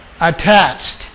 attached